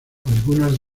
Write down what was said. algunas